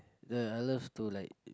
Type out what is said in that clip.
the I love to like